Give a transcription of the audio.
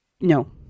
no